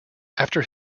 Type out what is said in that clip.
after